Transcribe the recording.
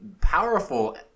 powerful